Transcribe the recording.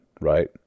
right